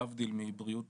להבדיל מבריאת